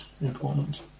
important